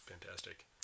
fantastic